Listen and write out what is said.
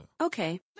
Okay